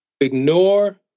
Ignore